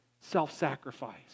self-sacrifice